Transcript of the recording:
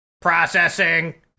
Processing